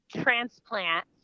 transplant